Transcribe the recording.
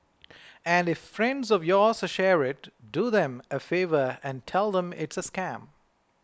and if friends of yours share it do them a favour and tell them it's a scam